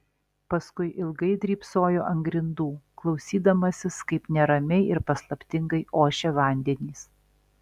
paskui ilgai drybsojo ant grindų klausydamasis kaip neramiai ir paslaptingai ošia vandenys